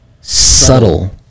subtle